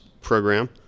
program